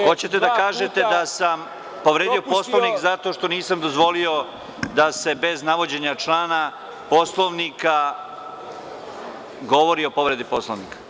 Hoćete da kažete da sam povredio Poslovnik, zato što nisam dozvolio da se bez navođenja člana Poslovnika, govori o povredi Poslovnika?